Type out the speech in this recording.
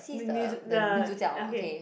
the the okay